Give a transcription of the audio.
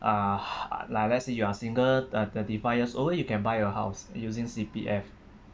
uh like let's say you are single uh thirty five years old you can buy a house using C_P_F